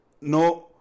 no